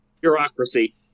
bureaucracy